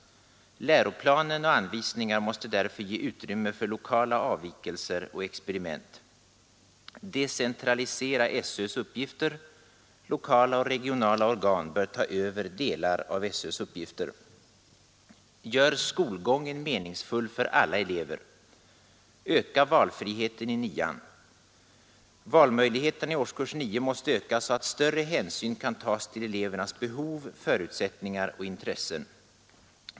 Läroplanen och anvisningar måste därför ge utrymme för lokala avvikelser och experiment. Decentralisera SÖ:s uppgifter. Lokala och regionala organ bör ta över delar av SÖ:s uppgifter. Gör skolgången meningsfull för alla elever Öka valfriheten i nian. Valmöjligheterna i årskurs 9 måste ökas, så att större hänsyn kan tas till elevernas behov, förutsättningar och intressen.